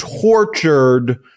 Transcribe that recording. tortured